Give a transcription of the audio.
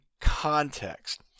context